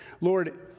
Lord